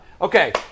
Okay